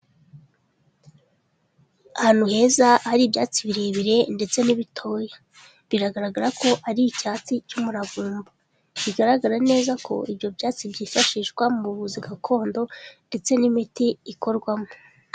Ahantu heza hari ibyatsi birebire ndetse n'ibitoya, biragaragara ko ari icyatsi cy'umuravumba, bigaragara neza ko ibyo byatsi byifashishwa mu buvuzi gakondo ndetse n'imiti ikorwamo.